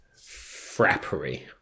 frappery